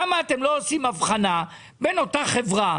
למה אתם לא עושים הבחנה בין אותה חברה,